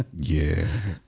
ah yeah